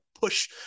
push